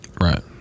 Right